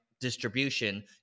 distribution